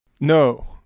No